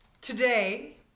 today